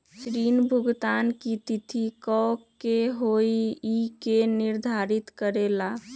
ऋण भुगतान की तिथि कव के होई इ के निर्धारित करेला?